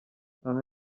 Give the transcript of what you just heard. aha